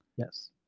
Yes